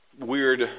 weird